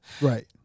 right